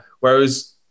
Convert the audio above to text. Whereas